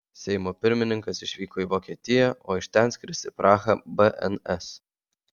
seimo pirmininkas išvyko į vokietiją o iš ten skris į prahą bns